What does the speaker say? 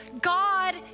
God